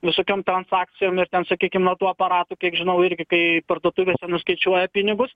visokiom tom fakcijom ir ten sakykim nuo tų aparatų kiek žinau irgi kai parduotuvėse nuskaičiuoja pinigus